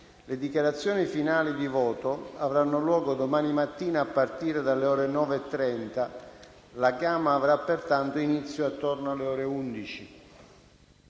Le dichiarazione finali di voto avranno luogo domani mattina, a partire dalle ore 9,30: la chiama avrà pertanto inizio intorno alle ore 11.